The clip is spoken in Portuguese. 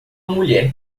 mulher